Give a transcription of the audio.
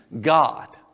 God